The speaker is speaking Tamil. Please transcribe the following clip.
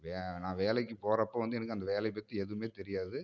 வே நான் வேலைக்கு போகிறப்போ வந்து எனக்கு அந்த வேலையை பற்றி எதுவுமே தெரியாது